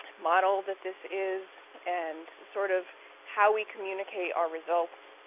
model that this is and sort of how we communicate our results